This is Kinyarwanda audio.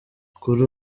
kuri